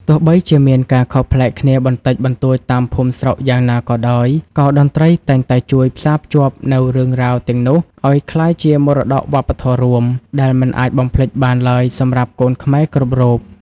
ទោះបីជាមានការខុសប្លែកគ្នាបន្តិចបន្តួចតាមភូមិស្រុកយ៉ាងណាក៏ដោយ ក៏តន្ត្រីតែងតែជួយផ្សារភ្ជាប់នូវរឿងរ៉ាវទាំងនោះឱ្យក្លាយជាមរតកវប្បធម៌រួម ដែលមិនអាចបំភ្លេចបានឡើយសម្រាប់កូនខ្មែរគ្រប់រូប។